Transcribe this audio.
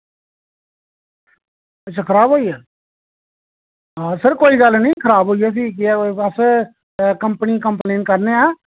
अच्छा खराब होइया हां सर कोई गल्ल नी खराब होइया फ्ही केह् ऐ अस कंपनी कम्प्लेन करने आं